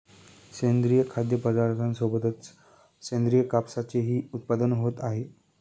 सेंद्रिय खाद्यपदार्थांसोबतच सेंद्रिय कापसाचेही उत्पादन होत आहे